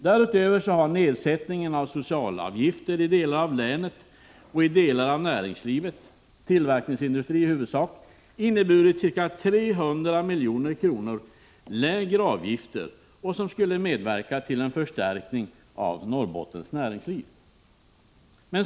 Därutöver har nedsättningen av socialavgifter i delar av länet och i delar av näringslivet, i huvudsak tillverkningsindustri, inneburit ca 300 milj.kr. lägre avgifter, som skulle medverka till en förstärkning av Norrbottens näringsliv.